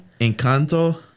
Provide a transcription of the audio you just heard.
Encanto